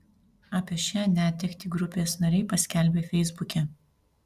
apie šią netektį grupės nariai paskelbė feisbuke